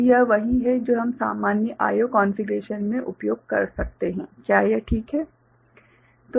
तो यह वही है जो हम सामान्य IO कॉन्फ़िगरेशन में उपयोग कर सकते हैं क्या यह ठीक है सही है